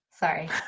Sorry